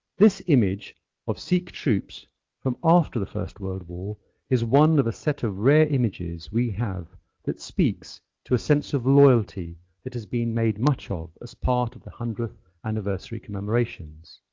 this image of sikh troops from after the first world war is one of a set of rare images we have that speaks to a sense of loyalty that has been made much of as part of the one hundredth anniversary commemorations.